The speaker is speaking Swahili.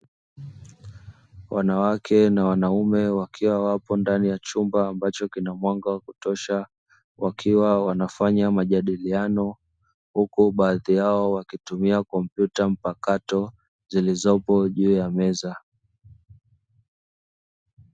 Wanawake na wanaume wakiwa wapo ndani ya chumba ambacho kina mwaga kutosha wakiwa wanafanya majadiliano huko baadhi yao wakitumia kompyuta mpakato zilizopo juu ya meza.